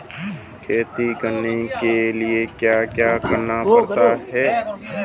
खेती करने के लिए क्या क्या करना पड़ता है?